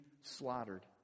slaughtered